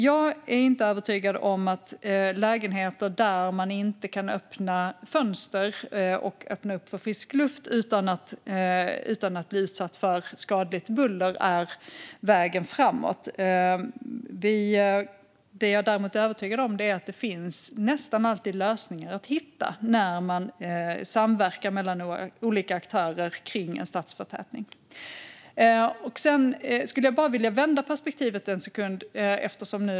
Jag är inte övertygad om att lägenheter där man inte kan öppna fönstren för frisk luft utan att bli utsatt för skadligt buller är vägen framåt. Det jag däremot är övertygad om är att det nästan alltid finns lösningar att hitta när man samverkar mellan olika aktörer kring en stadsförtätning. Eftersom riksdagsledamoten lyfte fram Pågen skulle jag bara vilja vända perspektivet en sekund.